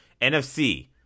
NFC